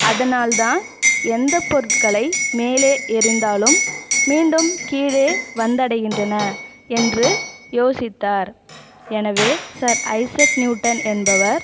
அதனால் தான் எந்த பொருட்களை மேலே எரிந்தாலும் மீண்டும் கீழே வந்தடைகின்றன என்று யோசித்தார் எனவே சர் ஐசக் நியூட்டன் என்பவர்